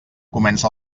comença